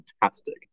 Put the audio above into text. fantastic